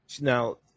now